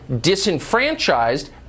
disenfranchised